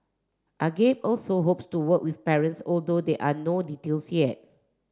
agape also hopes to work with parents although they are no details yet